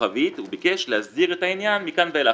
כוכבית הוא ביקש להסדיר את העניין מכאן ואילך.